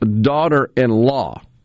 daughter-in-law